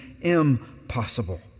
impossible